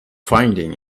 finding